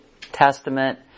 Testament